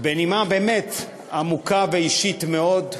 בנימה באמת עמוקה ואישית מאוד,